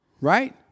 Right